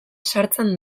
sartzen